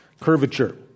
curvature